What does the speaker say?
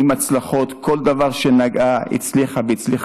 עם הצלחות; בכל דבר שנגעה בו היא הצליחה,